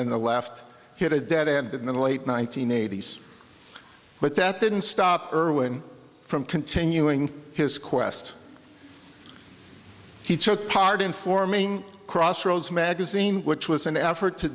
on the left hit a dead end in the late one nine hundred eighty s but that didn't stop irwin from continuing his quest he took part in forming crossroads magazine which was an effort to